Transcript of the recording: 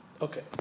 Okay